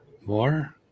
More